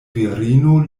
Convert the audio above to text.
virino